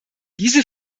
diese